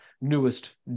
newest